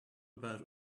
about